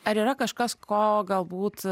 ar yra kažkas ko galbūt